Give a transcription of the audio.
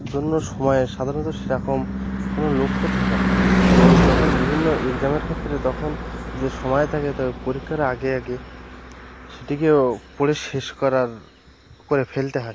জন্য সময়ের সাধারণত সেরকম কোনো লক্ষ্য থাকে না তবে যখন বিভিন্ন এক্সামের ক্ষেত্রে তখন যে সমায় থাকে তো পরীক্ষার আগে আগে সেটিকেও পড়ে শেষ করার করে ফেলতে হয়